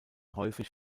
häufig